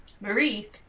Marie